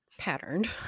patterned